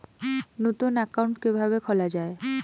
নতুন একাউন্ট কিভাবে খোলা য়ায়?